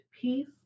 peace